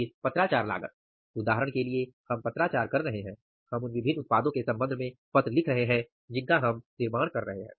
फिर पत्राचार लागत उदाहरण के लिए हम पत्राचार कर रहे हैं हम उन विभिन्न उत्पादों के संबंध में पत्र लिख रहे हैं जिसका हम निर्माण कर रहे हैं